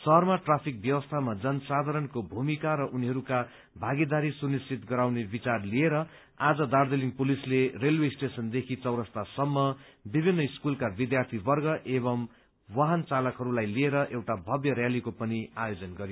शहरमा ट्राफिक व्यवस्थामा जन साधारणको भूमिका र उनीहरूका भागीदारी सुनिश्चित गराउने विचार लिएर आज दार्जीलिङ पुलिसले रेलवे स्टेशनदेखि चौरास्तासम्म विभिन्न स्कूलका विद्यार्थीवर्ग एवं वाहन चालकहरूलाई लिएर एउटा भव्य रयालीको आयोजन पनि गरयो